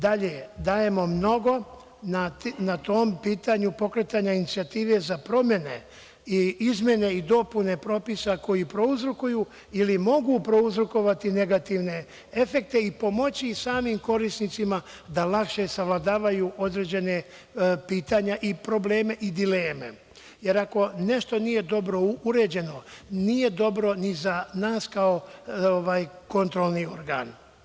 Dalje, dajemo mnogo na tom pitanju pokretanja inicijative za promene i izmene i dopune propisa koji prouzrokuju ili mogu prouzrokovati negativne efekte i pomoći i samim korisnicima da lakše savladavaju određena pitanja i probleme i dileme, jer ako nešto nije dobro uređeno, nije dobro ni za nas kao kontrolni organ.